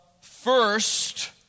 first